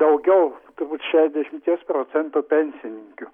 daugiau turbūt šešiasdešimties procentų pensininkių